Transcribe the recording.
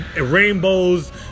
rainbows